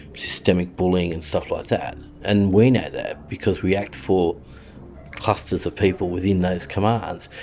systemic bullying and stuff like that. and we know that because we act for clusters of people within those commands,